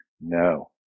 No